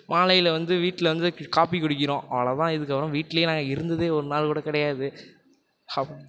மாலையில் வந்து வீட்டில் வந்து காபி குடிக்கிறோம் அவ்வளோதான் இதுக்கப்புறம் வீட்லையே நாங்கள் இருந்தது ஒரு நாள்கூட கிடையாது ஹப்